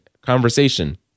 Conversation